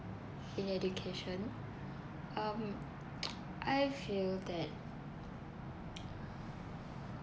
in education um I feel that